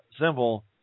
simple